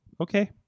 Okay